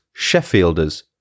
Sheffielders